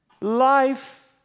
life